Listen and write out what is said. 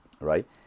right